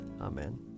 Amen